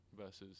versus